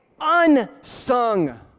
unsung